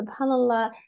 subhanallah